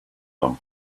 him